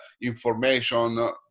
information